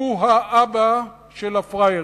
הוא האבא של הפראיירים.